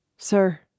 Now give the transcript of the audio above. Sir